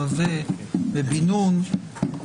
רווה ובן נון,